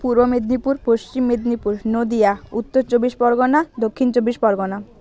পূর্ব মেদিনীপুর পশ্চিম মেদিনীপুর নদীয়া উত্তর চব্বিশ পরগনা দক্ষিণ চব্বিশ পরগনা